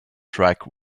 track